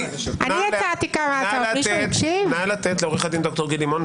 אלבשן אמר.